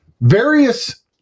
various